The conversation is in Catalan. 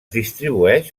distribueix